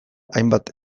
hainbat